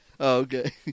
Okay